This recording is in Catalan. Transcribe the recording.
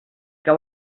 que